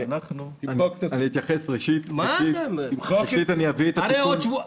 תמחק את זה.